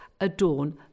adorn